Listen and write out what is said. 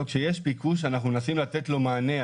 כשיש ביקוש, אנחנו מנסים לתת לו מענה.